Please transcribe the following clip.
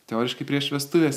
teoriškai prieš vestuves